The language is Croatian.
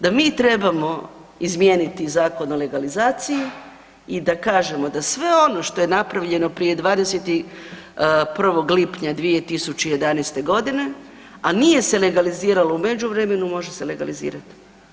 Da mi trebamo izmijeniti Zakon o legalizaciji i da kažemo da sve ono što je napravljeno prije 21. lipnja 2011. g., a nije se legaliziralo u međuvremenu, može se legalizirat.